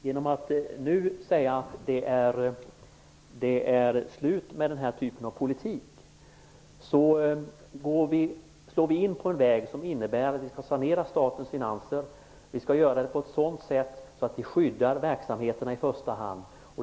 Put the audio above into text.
Genom att nu säga att det är slut med den här typen av politik slår vi in på en väg som innebär att vi skall sanera statens finanser. Vi skall göra det på ett sådant sätt att vi skyddar verksamheterna i första hand.